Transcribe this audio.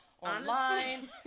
online